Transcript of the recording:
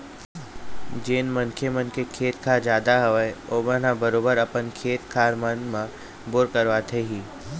जेन मनखे मन के खेत खार जादा हवय ओमन ह बरोबर अपन खेत खार मन म बोर करवाथे ही